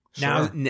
now